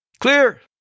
Clear